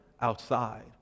outside